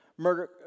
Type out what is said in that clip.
Murder